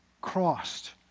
crossed